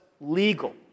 legal